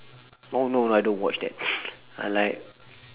oh no I don't watch that I like